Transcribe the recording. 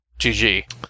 GG